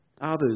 others